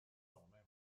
nome